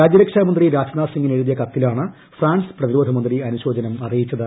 രാജ്യരക്ഷാമന്ത്രി രാജ്നാഥ് സിങിനെഴുതിയ കത്തിലാണ് ഫ്രാൻസ് പ്രതിരോധ മന്ത്രി അനുശോചനം അറിയിച്ചത്